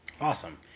Awesome